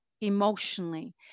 emotionally